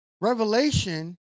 revelation